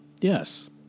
Yes